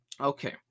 Okay